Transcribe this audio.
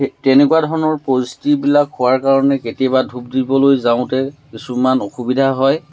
তেনেকুৱা ধৰণৰ পৰিস্থিতিবিলাক হোৱাৰ কাৰণে কেতিয়াবা ধূপ দিবলৈ যাওঁতে কিছুমান অসুবিধা হয়